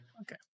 Okay